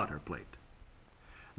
butter plate